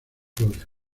flores